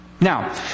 Now